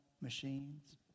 machines